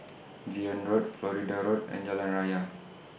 Zion Road Florida Road and Jalan Raya